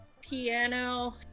piano